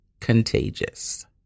contagious